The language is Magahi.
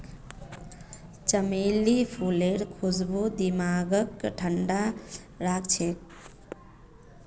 चमेली फूलेर खुशबू दिमागक ठंडा राखछेक